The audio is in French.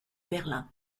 berlin